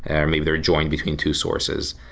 and maybe they're joined between two sources.